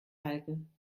halten